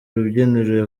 rubyiniro